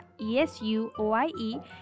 ESUOIE